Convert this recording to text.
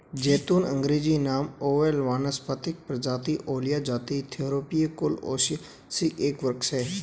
ज़ैतून अँग्रेजी नाम ओलिव वानस्पतिक प्रजाति ओलिया जाति थूरोपिया कुल ओलियेसी एक वृक्ष है